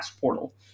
portal